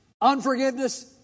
unforgiveness